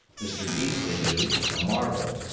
mr. peaslee knew the marble!